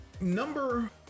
number